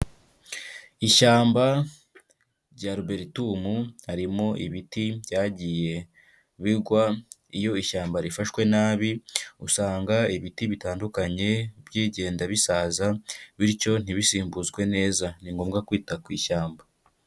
Ishyamba rya Ruberitumu, harimo ibiti byagiye bigwa iyo ishyamba rifashwe nabi, usanga ibiti bitandukanye byigenda bisaza bityo ntibisimbuzwe neza ni ngombwa kwita ku ishyamba.